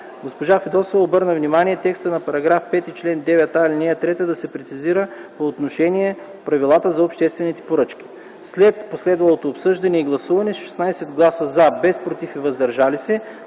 Госпожа Фидосова обърна внимание текстът на § 5, чл. 9а, ал. 3 да се прецизира по отношение правилата за обществените поръчки. След последвалото обсъждане и гласуване с 16 гласа „за”, без „против” и „въздържал се”,